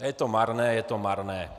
A je to marné, je to marné!